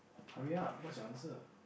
hurry up what's your answer